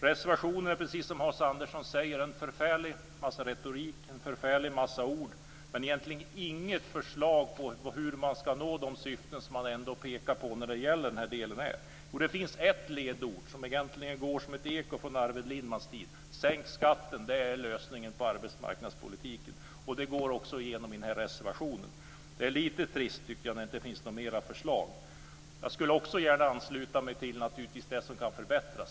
Reservationerna är precis som Hans Andersson säger. Det är en förfärlig massa retorik och en förfärlig massa ord. Men det finns egentligen inget förslag till hur man ska nå de syften som man ändå pekar på i den här delen. Det finns ledord som egentligen går som ett eko från Arvid Lindmans tid: Sänk skatten! Det är lösningen för arbetsmarknadspolitiken. Det går också igenom reservationerna. Det är lite trist att det inte finns något mer förslag. Jag skulle gärna ansluta mig till det som kan förbättra.